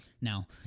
Now